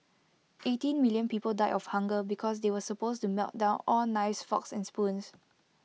eighteen million people died of hunger because they were supposed to melt down all knives forks and spoons